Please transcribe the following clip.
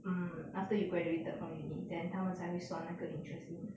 mm after you graduated from uni then 他们才会算那个 interest in